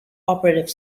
operative